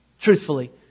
truthfully